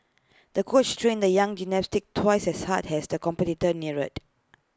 the coach trained the young gymnast twice as hard has the